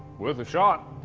worth a shot.